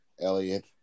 Elliot